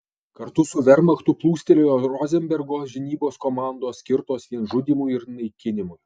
kartu su vermachtu plūstelėjo rozenbergo žinybos komandos skirtos vien žudymui ir naikinimui